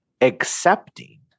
accepting